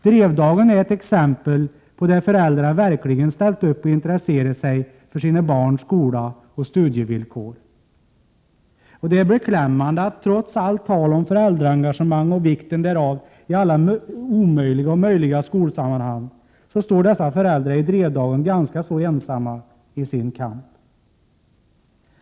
Drevdagen är ett exempel på att föräldrar verkligen ställt upp och intresserat sig för sina barns skola och studievillkor. Det är beklämmande att trots allt tal om föräldraengagemang och vikten därav i alla möjliga och omöjliga sammanhang står föräldrarna i Drevdagen ganska ensamma i sin kamp.